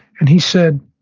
and he said,